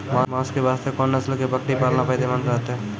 मांस के वास्ते कोंन नस्ल के बकरी पालना फायदे मंद रहतै?